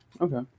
Okay